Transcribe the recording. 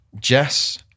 Jess